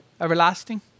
Everlasting